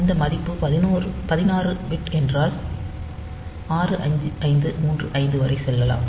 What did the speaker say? அந்த மதிப்பு 16 பிட் என்றால் 65535 வரை செல்லலாம்